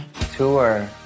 Tour